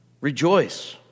rejoice